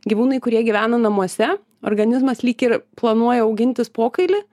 gyvūnai kurie gyvena namuose organizmas lyg ir planuoja augintis pokailį